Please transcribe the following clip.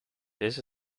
this